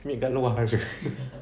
ni kat luar